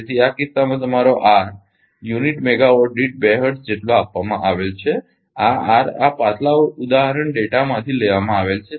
તેથી આ કિસ્સામાં તમારો આર યુનિટ મેગાવાટ દીઠ 2 હર્ટ્ઝ જેટલો આપવામાં આવેલ છે આ આર આ પાછલા ઉદાહરણ ડેટામાંથી લેવામાં આવેલ છે